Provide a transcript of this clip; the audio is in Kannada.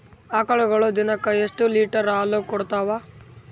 ಆಕಳುಗೊಳು ದಿನಕ್ಕ ಎಷ್ಟ ಲೀಟರ್ ಹಾಲ ಕುಡತಾವ?